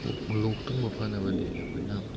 ꯂꯣꯛ ꯊꯨꯡꯕ ꯐꯅꯕꯗꯤ ꯑꯩꯈꯣꯏꯅ